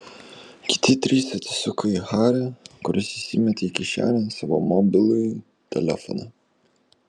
kiti trys atsisuko į harį kuris įsimetė į kišenę savo mobilųjį telefoną